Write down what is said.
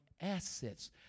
assets